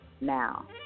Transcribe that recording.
Now